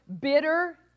bitter